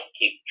keep